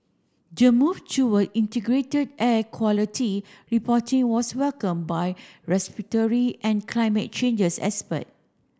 the move toward integrated air quality reporting was welcomed by respiratory and climate changes expert